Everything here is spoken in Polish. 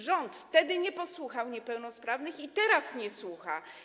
Rząd wtedy nie posłuchał niepełnosprawnych i teraz ich nie słucha.